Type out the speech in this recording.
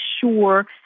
sure